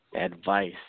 advice